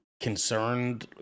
concerned